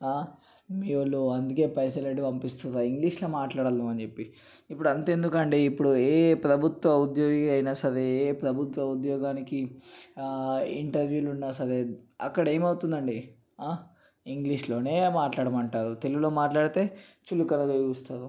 ఆ మీవాళ్ళు అందుకే పైసలుకట్టి పంపిస్తుండ్రా ఇంగ్లీషులో మాట్లాడాలని చెప్పి ఇప్పుడు అంత ఎందుకండి ఇప్పుడు ఏ ప్రభుత్వ ఉద్యోగి అయినాసరే ఏ ప్రభుత్వ ఉద్యోగానికి ఇంటర్వ్యూలు ఉన్నాసరే అక్కడ ఏమవుతుందండి ఇంగ్లీషులోనే మాట్లాడమంటారు తెలుగులో మాట్లాడితే చులకనగా చూస్తారు